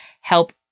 help